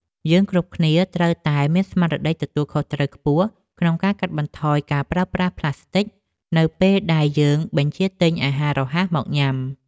យើងគ្រប់គ្នាត្រូវតែមានស្មារតីទទួលខុសត្រូវខ្ពស់ក្នុងការកាត់បន្ថយការប្រើប្រាស់ផ្លាស្ទិចនៅពេលដែលយើងបញ្ជាទិញអាហាររហ័សមកញ៉ាំ។